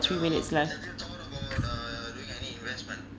three minutes left